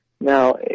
now